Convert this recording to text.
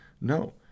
No